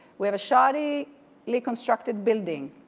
we have a shadily reconstructed building.